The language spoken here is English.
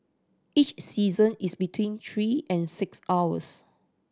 each session is between three and six hours